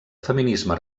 feminisme